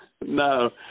No